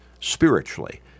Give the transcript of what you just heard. spiritually